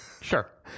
sure